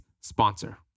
sponsor